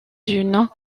une